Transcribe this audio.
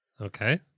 Okay